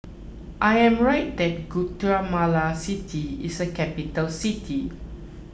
I am right that Guatemala City is a capital city